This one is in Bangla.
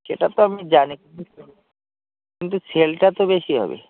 সেটা তো আমি জানি কিন্তু সেলটা তো বেশি হবে